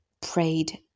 prayed